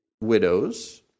widows